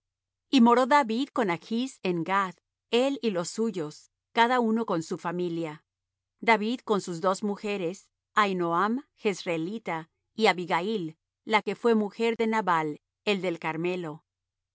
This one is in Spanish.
y moró david con achs en gath él y los suyos cada uno con su familia david con sus dos mujeres ahinoam jezreelita y abigail la que fué mujer de nabal el del carmelo